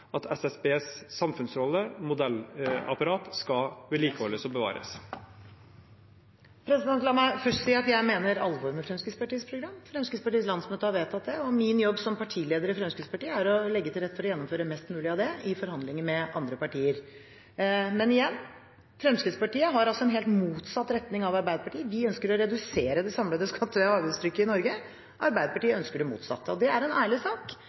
at SSBs samfunnsrolle, modellapparat, skal vedlikeholdes og bevares? La meg først si at jeg mener alvor med Fremskrittspartiets program. Fremskrittspartiets landsmøte har vedtatt det, og min jobb som partileder i Fremskrittspartiet er å legge til rette for å gjennomføre mest mulig av det i forhandlinger med andre partier. Men igjen, Fremskrittspartiet har altså en helt motsatt retning av Arbeiderpartiet. Vi ønsker å redusere det samlede skatte- og avgiftstrykket i Norge, Arbeiderpartiet ønsker det motsatte. Det er en ærlig sak,